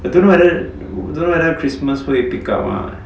I don't know whether I don't know whether christmas 会 pick up mah